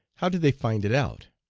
how did they find it out?